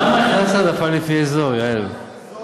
למה הכנסת העדפה לפי אזור, יעל?